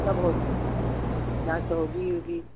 सब हो जाएगा जाँच तो होगी ही होगी